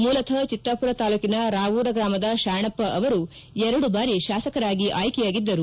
ಮೂಲತಃ ಚಿತ್ರಾಪುರ ತಾಲ್ಲೂಕಿನ ರಾವೂರ ಗ್ರಾಮದ ಶಾಣಪ್ಪ ಅವರು ಎರಡು ಬಾರಿ ಶಾಸಕರಾಗಿ ಆಯ್ಕೆ ಯಾಗಿದ್ದರು